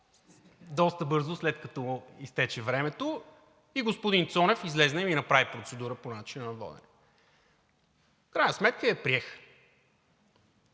доста бързо, след като изтече времето, и господин Цонев излезе и ми направи процедура по начина на водене. В крайна сметка я приех.